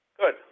Good